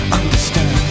understand